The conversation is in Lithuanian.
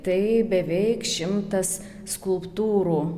tai beveik šimtas skulptūrų